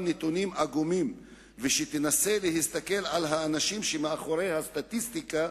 נתונים עגומים ותנסה להסתכל על האנשים שמאחורי הסטטיסטיקה,